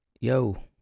Yo